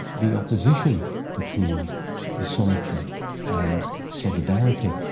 the opposition between the solitary and solidarity,